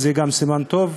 זה גם סימן טוב.